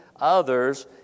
others